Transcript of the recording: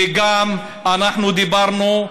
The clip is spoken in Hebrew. ואנחנו גם דיברנו,